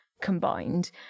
combined